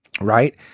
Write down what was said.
right